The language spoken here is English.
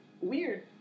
weird